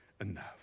enough